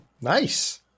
Nice